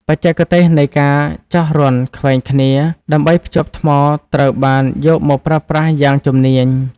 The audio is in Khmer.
បច្ចេកទេសនៃការចោះរន្ធខ្វែងគ្នាដើម្បីភ្ជាប់ថ្មត្រូវបានយកមកប្រើប្រាស់យ៉ាងជំនាញ។